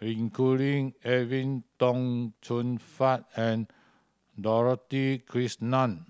including Edwin Tong Chun Fai and Dorothy Krishnan